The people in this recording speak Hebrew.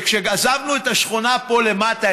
וכשעזבנו את השכונה פה למטה,